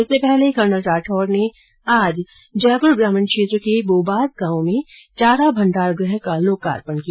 इससे पहले कर्नल राठौड़ ने आज जयप्र ग्रामीण क्षेत्र के बोबास गांव में चारा भंडारग्रह का लोकार्पण किया